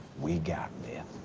we got this. oh.